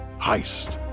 Heist